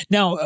Now